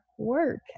work